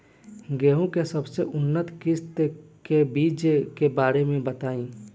गेहूँ के सबसे उन्नत किस्म के बिज के बारे में बताई?